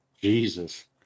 Jesus